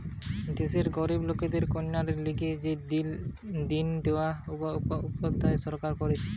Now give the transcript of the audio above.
দেশের গরিব লোকদের কল্যাণের লিগে দিন দয়াল উপাধ্যায় সরকার করতিছে